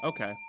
Okay